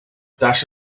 dash